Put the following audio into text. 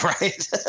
Right